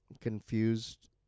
confused